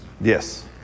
Yes